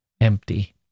empty